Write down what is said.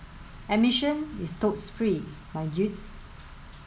admission is totes free my dudes